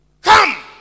come